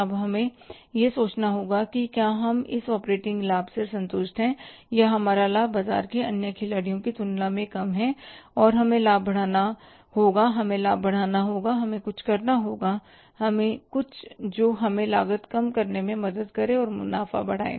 अब हमें यह सोचना होगा कि क्या हम इस ऑपरेटिंग लाभ से संतुष्ट हैं या हमारा लाभ बाजार के अन्य खिलाड़ियों की तुलना में कम है और हमें लाभ बढ़ाना होगा हमें लाभ बढ़ाना होगा और हमें कुछ करना होगा कुछ जो हमें लागत कम करने में मदद करें मुनाफ़ा बढ़ाएं